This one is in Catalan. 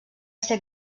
ser